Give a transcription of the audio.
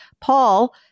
Paul